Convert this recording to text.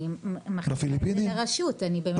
אני הרשות אני באמת לא